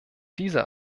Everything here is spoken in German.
dieser